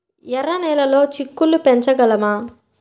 ఎర్ర నెలలో చిక్కుళ్ళు పెంచగలమా?